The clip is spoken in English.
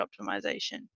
optimization